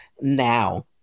now